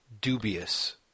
dubious